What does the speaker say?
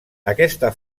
aquesta